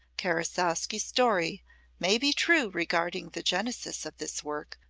karasowski's story may be true regarding the genesis of this work,